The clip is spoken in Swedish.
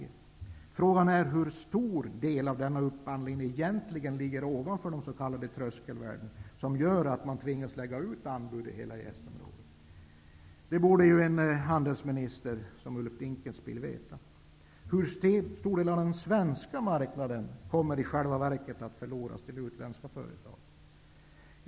Men frågan är hur stor del av denna upphandling som egentligen ligger ovanför de s.k. tröskelvärden som gör att man tvingas lägga ut anbud i hela EES området. Det borde en handelsminister som Ulf Dinkelspiel veta. Hur stor del av den svenska marknaden kommer i själva verket att förloras till utländska företag?